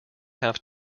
have